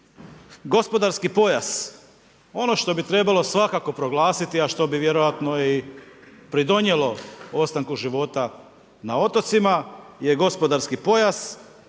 Gospodarski pojas. Ono što bi trebalo svakako proglasiti, a što bi vjerojatno i pridonijelo ostanku života na otocima je gospodarski pojas.